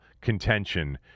contention